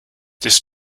this